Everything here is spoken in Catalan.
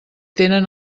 tenen